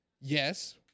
yes